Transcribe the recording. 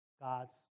God's